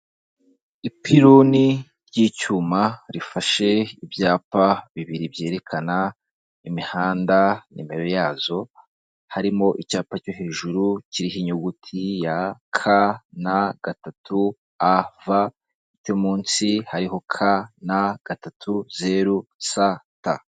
Ipironi ry' icyuma rifashe ibyapa bibiri byerekana imihanda nimero yazo, harimo icyapa cyo hejuru kiriho inyuguti ya k n gatatu a f cyo munsi hariho k na gatatu zeru z,t.